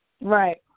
Right